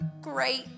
great